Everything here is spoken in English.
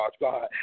God